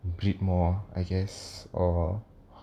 breed more I guess or